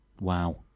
Wow